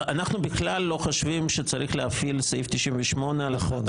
אנחנו בכלל לא חושבים שצריך להפעיל סעיף 98. נכון.